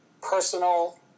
personal